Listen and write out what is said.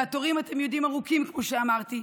והתורים, אתם יודעים, ארוכים, כמו שאמרתי.